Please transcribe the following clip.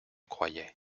croyais